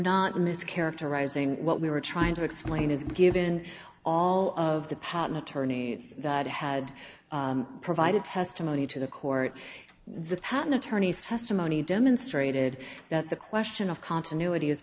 not mis characterizing what we were trying to explain is given all of the patent attorneys that had provided testimony to the court the patent attorneys testimony demonstrated that the question of continuity